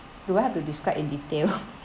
do I have to describe in detail